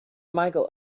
michael